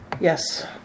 Yes